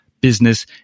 business